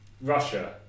Russia